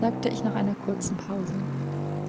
sagte ich nach einer kurzen pause